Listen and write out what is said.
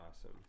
awesome